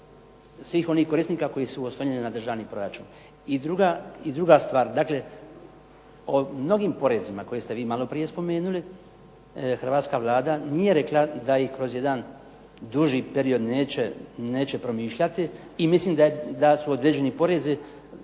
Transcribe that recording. svih onih korisnika koji su oslonjeni na državni proračun. I druga stvar, dakle o mnogim porezima koje ste vi maloprije spomenuli, hrvatska Vlada nije rekla da ih kroz jedan duži period neće promišljati i mislim da su određeni porezi